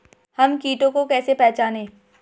हम कीटों को कैसे पहचाने?